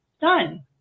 Done